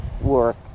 work